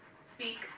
Speak